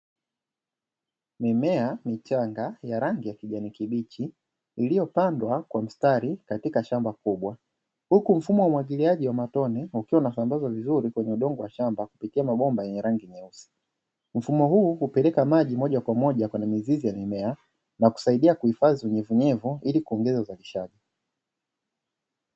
Mimea michanga ya rangi ya kijani kibichi iliyopandwa kwa mstari katika shamba kubwa, huku mfumo wa umwagiliaji wa matone ukiwa unasambazwa vizuri kwenye udongo wa shamba kupitia mabomba yenye rangi nyeusi. Mfumo huu hupeleka maji moja kwa moja kwenye mizizi ya mimea, na kusaidia kuhifadhi unyevunyevu ili kuongeza uzalishaji.